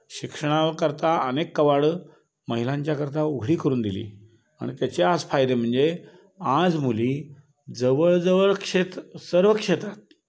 शिक्षणाकरता अनेक कवाडं महिलांच्याकरता उघडी करून दिली आणि त्याचे आज फायदे म्हणजे आज मुली जवळजवळ क्षेत्र सर्व क्षेत्रात